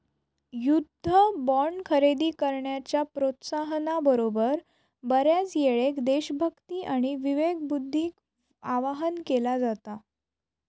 युद्ध बॉण्ड खरेदी करण्याच्या प्रोत्साहना बरोबर, बऱ्याचयेळेक देशभक्ती आणि विवेकबुद्धीक आवाहन केला जाता